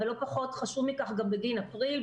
אבל לא פחות חשוב מכך גם בגין אפריל,